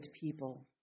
people